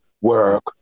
work